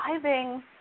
driving